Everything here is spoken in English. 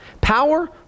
Power